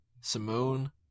Simone